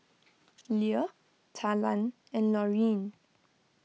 Lea Talan and Laurine